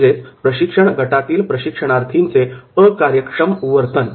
म्हणजेच प्रशिक्षण गटातील प्रशिक्षणार्थीचे अकार्यक्षम वर्तन